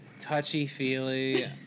Touchy-feely